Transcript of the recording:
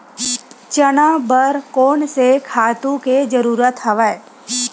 चना बर कोन से खातु के जरूरत हवय?